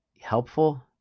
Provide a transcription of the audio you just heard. helpful